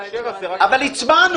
בהקשר הזה --- אבל הצבענו.